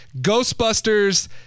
Ghostbusters